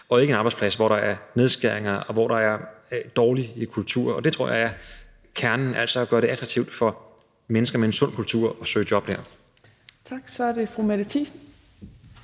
og ikke en arbejdsplads, hvor der er nedskæringer, og hvor der er en dårlig kultur. Det tror jeg er kernen i det, altså at gøre det attraktivt for mennesker med en sund kultur at søge job dér. Kl. 16:28 Fjerde næstformand